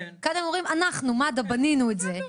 כאן הם אומרים - אנחנו במד"א בנינו את זה.